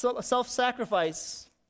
self-sacrifice